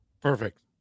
Perfect